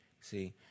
See